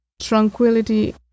tranquility